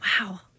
Wow